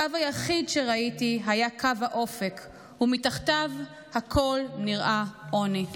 / הקו היחיד שראיתי היה קו האופק / ומתחתיו הכול נראה עוני".